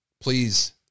please